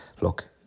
look